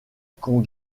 qu’on